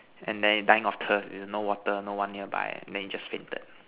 and then dying of thirst no water no one nearby then he just fainted